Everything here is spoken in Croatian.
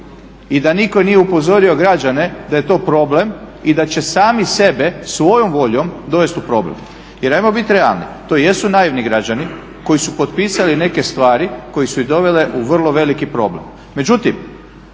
i da nitko nije upozorio građane da je to problem i da će sami sebe svojom voljom dovesti u problem. Jer ajmo biti realni, to jesu naivni građani koji su potpisali neke stvari koje su ih dovele u vrlo veliki problem.